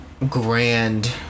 grand